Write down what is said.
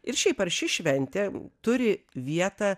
ir šiaip ar ši šventė turi vietą